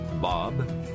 Bob